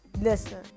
listen